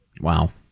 Wow